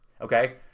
okay